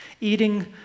eating